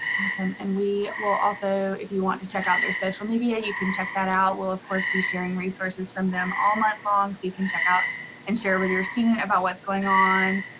awesome, and we will also, if you want to check out their social media, you can check that out. we'll of course be sharing resources from them all month long, so you can check out and share with your student about what's going on.